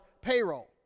payroll